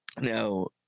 Now